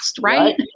right